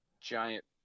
giant